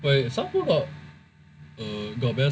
wait south pole got uh bears